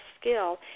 skill